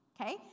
okay